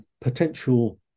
potential